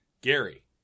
Gary